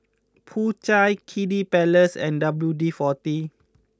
Po Chai Kiddy Palace and W D forty